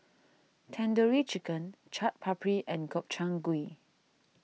Tandoori Chicken Chaat Papri and Gobchang Gui